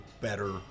better